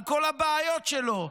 בכל הבעיות שלו.